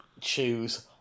choose